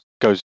goes